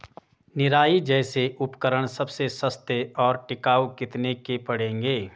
निराई जैसे उपकरण सबसे सस्ते और टिकाऊ कितने के पड़ेंगे?